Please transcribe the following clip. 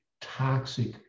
toxic